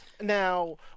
Now